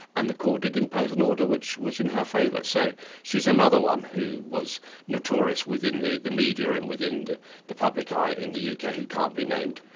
and the court did impose an order which was in her favour. so she's another one who was notorious within the the media and within the the public eye in the uk ah who can't be named.